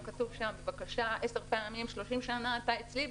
אם כתוב שם עשר פעמים: 30 שנה אתה אצלי,